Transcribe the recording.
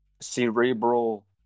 cerebral